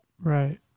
Right